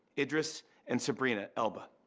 idris and sabrina elba.